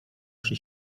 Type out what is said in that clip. przy